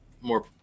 more